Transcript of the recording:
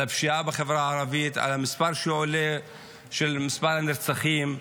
על הפשיעה בחברה הערבית, על מספר הנרצחים שעולה,